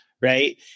right